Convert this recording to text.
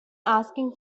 asking